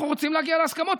אנחנו רוצים להגיע להסכמות,